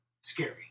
scary